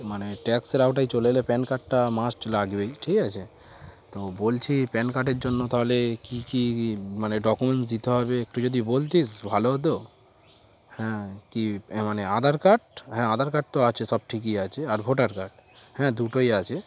মানে ট্যাক্সের আওতায় চলে এলে প্যান কার্ডটা মাস্ট লাগবেই ঠিক আছে তো বলছি প্যান কার্ডের জন্য তাহলে কী কী মানে ডকুমেন্টস দিতে হবে একটু যদি বলতিস ভালো হতো হ্যাঁ কী মানে আধার কার্ড হ্যাঁ আধার কার্ড তো আছে সব ঠিকই আছে আর ভোটার কার্ড হ্যাঁ দুটোই আছে